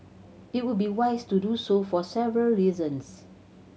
it would be wise to do so for several reasons